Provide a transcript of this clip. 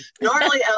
normally